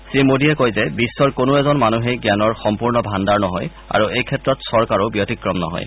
শ্ৰীমোদীয়ে কয় যে বিশ্বৰ কোনো এজন মানুহেই জ্ঞানৰ সম্পূৰ্ণ ভাগুাৰ নহয় আৰু এই ক্ষেত্ৰত চৰকাৰো ব্যক্তিক্ৰম নহয়